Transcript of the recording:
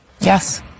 Yes